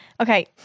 Okay